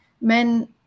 Men